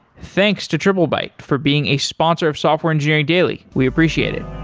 thanks to triplebyte for being a sponsor of software engineering daily. we appreciate it.